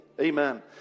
amen